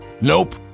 Nope